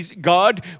God